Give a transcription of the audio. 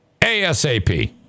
ASAP